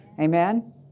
Amen